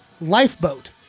lifeboat